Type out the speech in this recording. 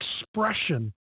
expression